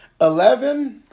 Eleven